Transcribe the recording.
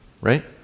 Right